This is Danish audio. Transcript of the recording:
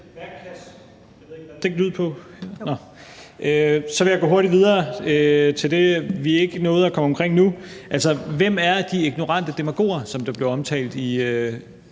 Så vil jeg gå hurtigt videre til det, vi ikke nåede at komme omkring. Hvem er de ignorante demagoger, som blev omtalt i